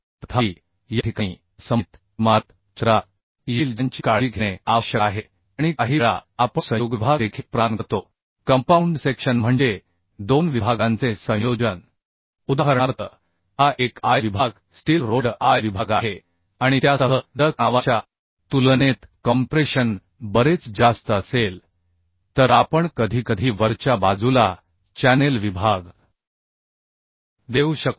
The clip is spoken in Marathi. तथापि या ठिकाणी असममित इमारत चित्रात येईल ज्यांची काळजी घेणे आवश्यक आहे आणि काहीवेळा आपण संयुग विभाग देखील प्रदान करतो कंपाऊंड सेक्शन म्हणजे दोन विभागांचे संयोजन उदाहरणार्थ हा एक I विभाग स्टील रोल्ड I विभाग आहे आणि त्यासह जर तणावाच्या तुलनेत कॉम्प्रेशन बरेच जास्त असेल तर आपण कधीकधी वरच्या बाजूला चॅनेल विभाग देऊ शकतो